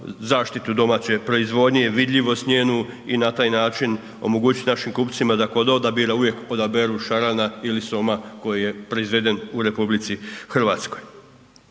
zaštitu domaće proizvodnje i vidljivost njenu i na taj način omogućiti našim kupcima da kod odabira uvijek odaberu šarana ili soma koji je proizveden u RH. Želim, prije